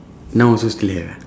now also still have eh